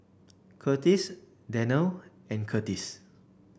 Kurtis Danelle and Kurtis